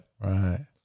Right